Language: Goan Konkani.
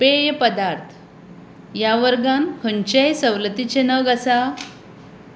पेय पदार्थ ह्या वर्गांत खंयचेय सवलतीचे नग आसा